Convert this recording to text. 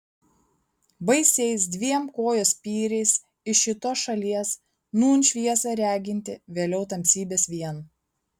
baisiais dviem kojos spyriais iš šitos šalies nūn šviesą regintį vėliau tamsybes vien